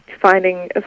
finding